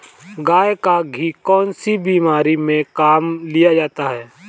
गाय का घी कौनसी बीमारी में काम में लिया जाता है?